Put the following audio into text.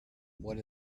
what